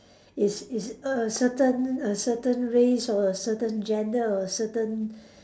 is is a certain a certain race or a certain gender or a certain